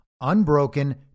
unbroken